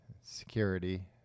security